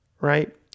right